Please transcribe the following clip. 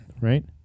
right